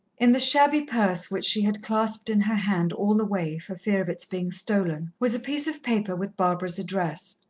in the shabby purse which she had clasped in her hand all the way, for fear of its being stolen, was a piece of paper with barbara's address.